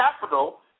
capital